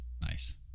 nice